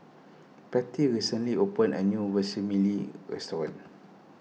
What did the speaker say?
Patty recently opened a new Vermicelli restaurant